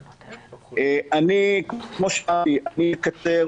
אני, כמו שאמרתי, אקצר.